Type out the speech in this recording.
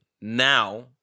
Now